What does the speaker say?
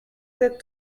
sept